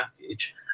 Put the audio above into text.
package